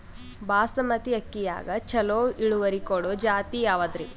ಬಾಸಮತಿ ಅಕ್ಕಿಯಾಗ ಚಲೋ ಇಳುವರಿ ಕೊಡೊ ಜಾತಿ ಯಾವಾದ್ರಿ?